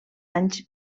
anys